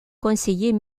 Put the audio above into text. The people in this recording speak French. conseillers